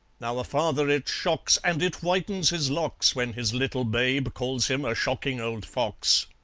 now a father it shocks, and it whitens his locks, when his little babe calls him a shocking old fox.